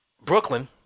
Brooklyn